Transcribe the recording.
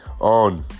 on